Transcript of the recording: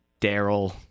Daryl